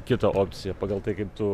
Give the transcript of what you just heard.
kitą opciją pagal tai kaip tu